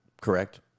correct